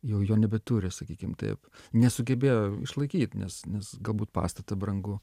jau jo nebeturi sakykim taip nesugebėjo išlaikyt nes nes galbūt pastatą brangu